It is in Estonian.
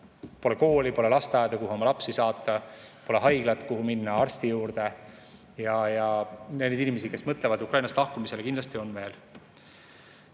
pole kooli, pole lasteaeda, kuhu oma lapsi saata, pole haiglat, kuhu minna arsti juurde, ja neid inimesi, kes mõtlevad Ukrainast lahkumisele, on kindlasti veel.